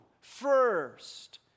first